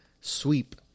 sweep